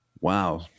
Wow